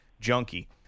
junkie